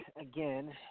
again